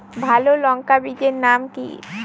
ভালো লঙ্কা বীজের নাম কি?